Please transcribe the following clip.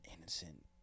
innocent